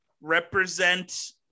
represent